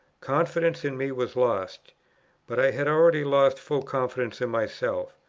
confidence in me was lost but i had already lost full confidence in myself.